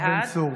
בעד יואב בן צור.